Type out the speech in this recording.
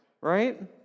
right